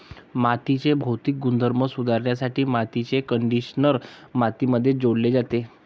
मातीचे भौतिक गुणधर्म सुधारण्यासाठी मातीचे कंडिशनर मातीमध्ये जोडले जाते